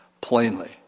plainly